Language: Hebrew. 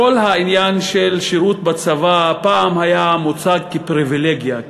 כל העניין של שירות בצבא פעם היה מוצג כפריבילגיה,